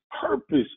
purpose